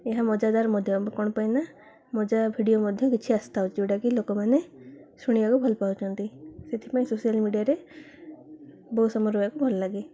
ଏହା ମଜାଦାର ମଧ୍ୟ କ'ଣ ପାଇଁ ନା ମଜା ଭିଡ଼ିଓ ମଧ୍ୟ କିଛି ଆସିଥାଉଛି ଯେଉଁଟାକି ଲୋକମାନେ ଶୁଣିବାକୁ ଭଲ ପାଉଚନ୍ତି ସେଥିପାଇଁ ସୋସିଆଲ୍ ମିଡ଼ିଆରେ ବହୁ ସମୟ ରହିବାକୁ ଭଲ ଲାଗେ